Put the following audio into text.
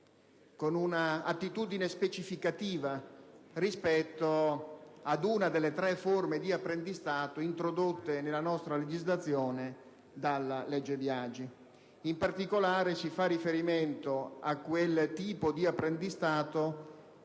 con un'attitudine specificativa rispetto ad una delle tre forme di apprendistato introdotte nella nostra legislazione dalla legge Biagi. In particolare, si fa riferimento a quel tipo di apprendistato